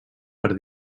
per